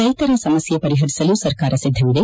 ರೈತರ ಸಮಸ್ಕೆ ಪರಿಪರಿಸಲು ಸರ್ಕಾರ ಸಿದ್ಧವಿದೆ